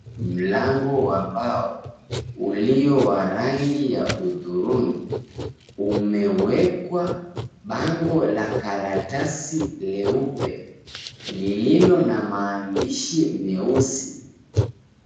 Mlango wa mbao ulio wa rangi ya hudhurungi, umewekwa bango la karatasi leupe lililo na maandishi meusi.